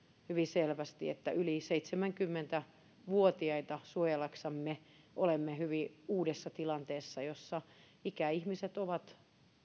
hyvin selvästi että yli seitsemänkymmentä vuotiaita suojellaksemme olemme hyvin uudessa tilanteessa ja ikäihmiset ovat